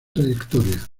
trayectoria